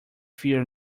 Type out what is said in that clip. fear